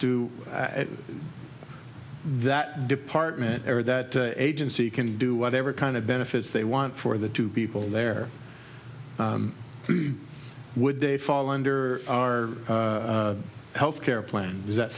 to at that department or that agency can do whatever kind of benefits they want for the two people there would they fall under our health care plan is that